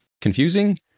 confusing